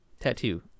Tattoo